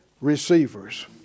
receivers